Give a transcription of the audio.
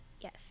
Yes